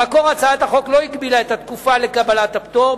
במקור הצעת החוק לא הגבילה את התקופה לקבלת הפטור.